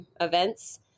events